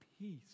peace